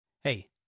Hey